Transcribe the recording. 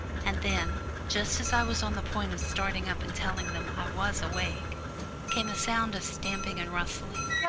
and then just as i was on the point of starting up and telling them i was awake came a sound of stamping and rustling,